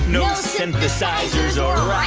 no synthesizers or